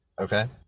Okay